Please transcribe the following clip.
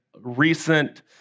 recent